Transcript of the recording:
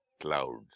clouds